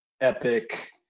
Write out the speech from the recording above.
epic